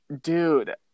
dude